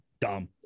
dumb